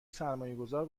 سرمایهگذار